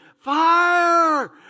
Fire